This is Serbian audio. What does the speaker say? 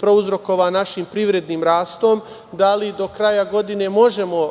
prouzrokovan našim privrednim rastom, da li do kraja godine možemo